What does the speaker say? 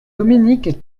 dominique